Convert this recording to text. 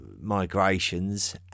migrations